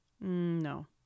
No